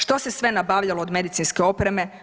Što se sve nabavljalo od medicinske opreme?